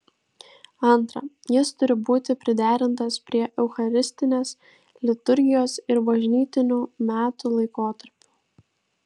antra jis turi būti priderintas prie eucharistinės liturgijos ir bažnytinių metų laikotarpių